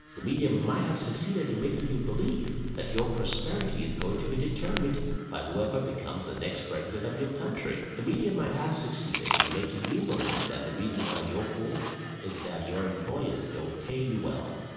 the media might have succeeded in making you believe that your prosperity is going to be determined by whoever becomes the next president of your country. the media might have succeeded in making you believe that the reason why you're poor is that your employers don't pay you well.